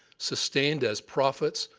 sustained as prophets,